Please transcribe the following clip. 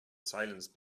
silence